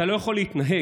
אתה לא יכול להתנהג